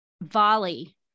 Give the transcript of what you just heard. volley